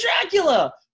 Dracula